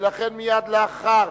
ולכן מייד לאחר